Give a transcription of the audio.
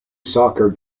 soccer